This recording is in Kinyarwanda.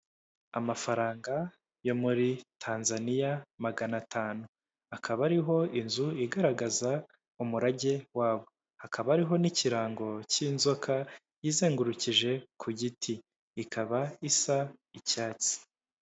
Amafaranga yo muri Tanzania magana atanu akaba ari ho inzu igaragaza umurage wabo hakaba hariho n'ikirango cy'inzoka izengurukije ku giti ikaba isa icyatsi.